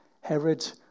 Herod